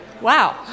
Wow